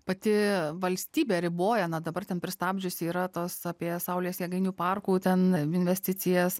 pati valstybė riboja na dabar ten pristabdžiusi yra tos apie saulės jėgainių parkų ten investicijas